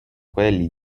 quelli